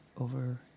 over